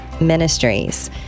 Ministries